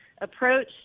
approach